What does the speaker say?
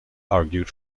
argued